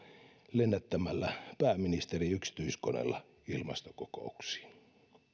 lennättämällä pääministeriä yksityiskoneella ilmastokokouksiin